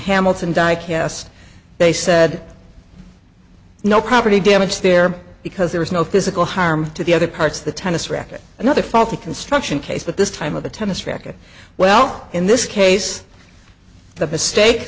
hamilton diecast they said no property damage there because there is no physical harm to the other parts of the tennis racket another faulty construction case but this time of the tennis racket well in this case the mistake